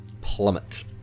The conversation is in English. Plummet